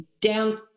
down